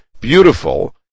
beautiful